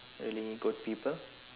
really good people